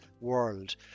world